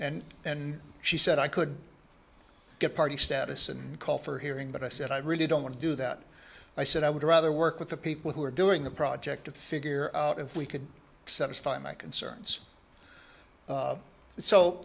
then she said i could get party status and call for hearing but i said i really don't want to do that i said i would rather work with the people who were doing the project to figure out if we could satisfy my concerns